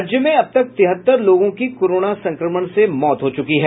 राज्य में अब तक तिहत्तर लोगों की कोरोना संक्रमण से मौत हो चूकी है